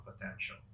potential